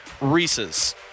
Reese's